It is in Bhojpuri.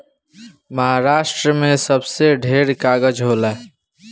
महारास्ट्र मे सबसे ढेर कागज़ होला